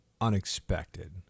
unexpected